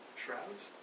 shrouds